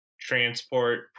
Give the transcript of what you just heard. transport